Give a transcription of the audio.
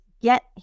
get